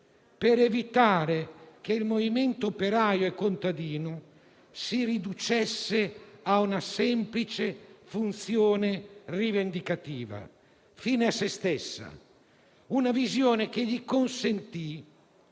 per evitare che il movimento operaio e contadino si riducesse a una semplice funzione rivendicativa fine a sé stessa. Ci fu un famosissimo